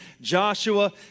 Joshua